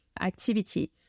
activity